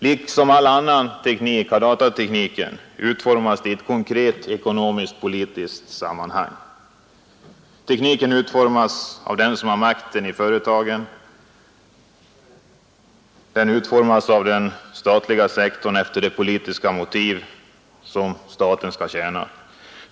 Liksom all annan teknik har datatekniken utformats för ett konkret ekonomisktpolitiskt sammanhang. Tekniken utformas av dem som har makten i företagen, den utformas av den statliga sektorn efter de politiska motiv som staten skall tjäna.